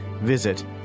Visit